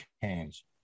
change